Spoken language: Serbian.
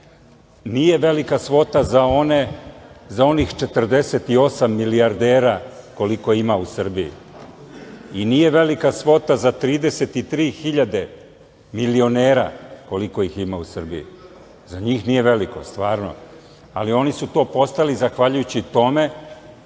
Nije velika svota za onih 48 milijardera, koliko ima u Srbiji i nije velika svota za 33 hiljade milionera, koliko ih ima u Srbiji. Za njih nije veliko stvarno, ali oni su to postali zahvaljujući tome